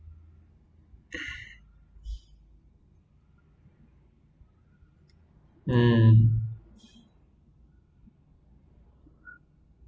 um